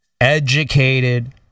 educated